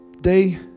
day